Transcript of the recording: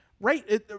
Right